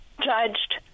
judged